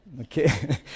Okay